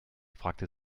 fragte